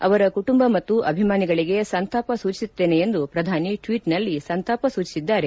ಅವರ ಕುಟುಂಬ ಮತ್ತು ಅಭಿಮಾನಿಗಳಿಗೆ ಸಂತಾಪ ಸೂಚಿಸುತ್ತೇನೆ ಎಂದು ಪ್ರಧಾನಿ ಟ್ವೀಟ್ನಲ್ಲಿ ಸಂತಾಪ ಸೂಚಿಸಿದ್ದಾರೆ